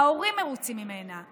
ההורים מרוצים ממנה,